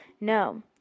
no